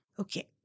Okay